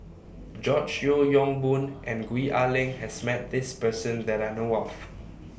George Yeo Yong Boon and Gwee Ah Leng has Met This Person that I know of